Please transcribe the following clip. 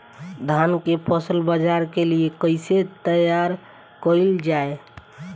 धान के फसल बाजार के लिए कईसे तैयार कइल जाए?